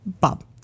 Bob